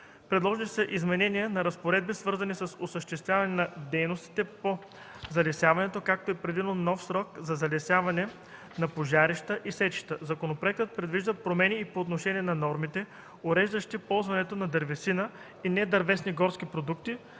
Предложени са изменения на разпоредби, свързани с осъществяване на дейностите по залесяването, като е предвиден нов срок за залесяване на пожарища и сечища. Законопроектът предвижда промени и по отношение на нормите, уреждащи ползването на дървесина и недървесни горски продукти,